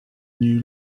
new